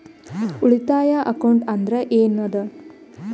ಉಳಿತಾಯ ಅಕೌಂಟ್ ಅಂದ್ರೆ ಏನ್ ಅದ?